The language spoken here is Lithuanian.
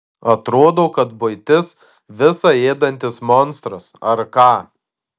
atrodo kad buitis visa ėdantis monstras ar ką